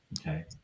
Okay